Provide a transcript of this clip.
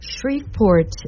Shreveport